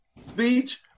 speech